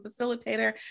facilitator